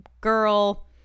girl